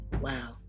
Wow